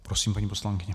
Prosím, paní poslankyně.